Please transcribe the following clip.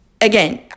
again